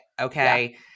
Okay